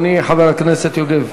אדוני, חבר הכנסת יוגב.